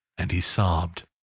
and he sobbed.